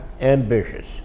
Ambitious